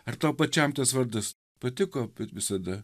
ar tau pačiam tas vardas patiko bet visada